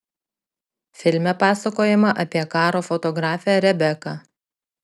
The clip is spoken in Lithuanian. filme pasakojama apie karo fotografę rebeką